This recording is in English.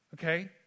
okay